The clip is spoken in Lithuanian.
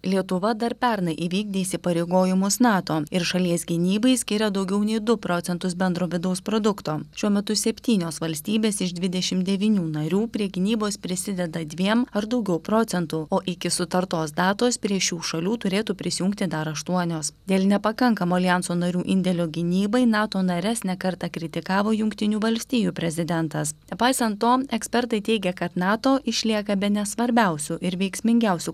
lietuva dar pernai įvykdė įsipareigojimus nato ir šalies gynybai skiria daugiau nei du procentus bendro vidaus produkto šiuo metu septynios valstybės iš dvidešimt devynių narių prie gynybos prisideda dviem ar daugiau procentų o iki sutartos datos prie šių šalių turėtų prisijungti dar aštuonios dėl nepakankamo aljanso narių indėlio gynybai nato nares ne kartą kritikavo jungtinių valstijų prezidentas nepaisant to ekspertai teigia kad nato išlieka bene svarbiausiu ir veiksmingiausiu